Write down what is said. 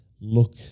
look